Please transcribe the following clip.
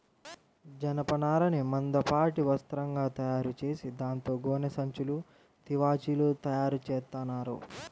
జనపనారని మందపాటి వస్త్రంగా తయారుచేసి దాంతో గోనె సంచులు, తివాచీలు తయారుచేత్తన్నారు